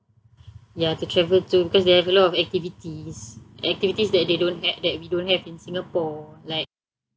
ya to travel to because they have a lot of activities activities that they don't ha~ we don't have in singapore like